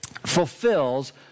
fulfills